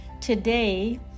Today